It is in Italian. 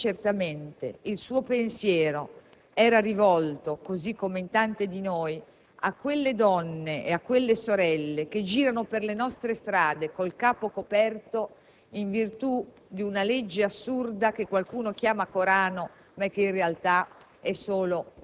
Oggi certamente il suo pensiero era rivolto, così come in tante di noi, a quelle donne e a quelle sorelle che girano per le nostre strade con il capo coperto in virtù di una legge assurda che qualcuno chiama Corano, ma che in realtà è solo